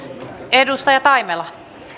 edustaja taimela